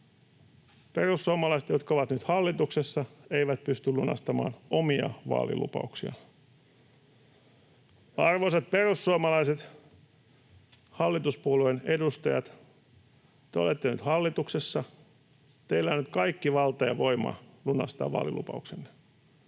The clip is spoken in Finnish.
Perussuomalaiset, jotka ovat nyt hallituksessa, eivät pysty lunastamaan omia vaalilupauksiaan. Arvoisat perussuomalaiset, hallituspuolueen edustajat, te olette nyt hallituksessa, teillä on nyt kaikki valta ja voima lunastaa vaalilupauksenne.